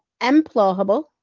implausible